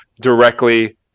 directly